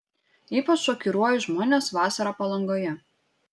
ypač šokiruoju žmones vasarą palangoje